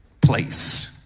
place